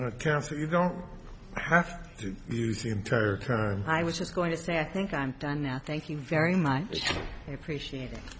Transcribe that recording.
of so you don't have to use the interpreter i was just going to say i think i'm done now thank you very much appreciate